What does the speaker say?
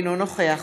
אינו נוכח